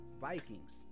Vikings